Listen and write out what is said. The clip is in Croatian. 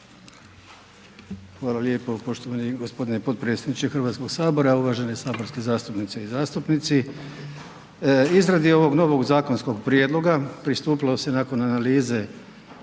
Hvala lijepo poštovani gospodine potpredsjedniče Hrvatskog sabora. Uvažene saborski zastupnice i zastupnici, izradi ovog novog zakonskog prijedloga pristupilo se nakon analize